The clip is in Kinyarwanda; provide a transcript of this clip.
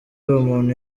bumuntu